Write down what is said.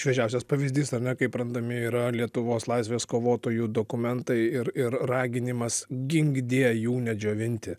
šviežiausias pavyzdys ar ne kaip randami yra lietuvos laisvės kovotojų dokumentai ir ir raginimas gink die jų nedžiovinti